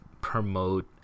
promote